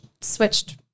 switched